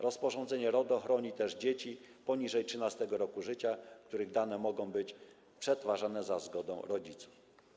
Rozporządzenie RODO chroni też dzieci poniżej 13. roku życia, których dane mogą być przetwarzane za zgodą rodziców.